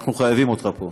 אנחנו חייבים אותך פה.